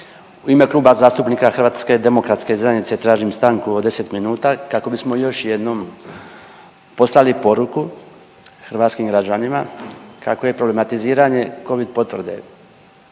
U ime Kluba zastupnika HDZ-a tražim stanku od 10 minuta kako bismo još jednom poslali poruku hrvatskim građanima kako je problematiziranje Covid potvrde